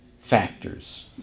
factors